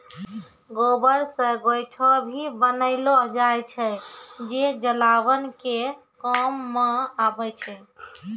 गोबर से गोयठो भी बनेलो जाय छै जे जलावन के काम मॅ आबै छै